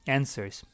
Answers